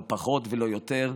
לא פחות ולא יותר,